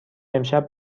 امشب